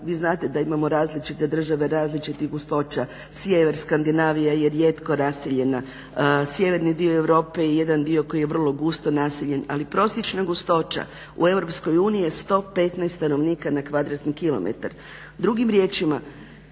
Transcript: vi znate da imamo različite države, različitih gustoća, sjever skandinavije je rijetko raseljena, sjeverni dio Europe je jedan dio koji je vrlo gusto naseljen, ali prosječna gustoća u EU je 115 stanovnika na kvadratni kilometar.